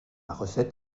recette